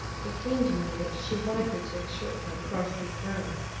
it came to me that she likely took a short cut across these grounds,